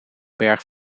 berg